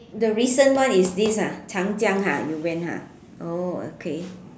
the recent one is this ah 长江 ha you went ah oh okay